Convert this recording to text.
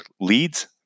leads